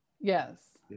Yes